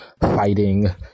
fighting